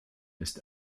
ist